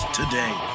today